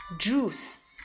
juice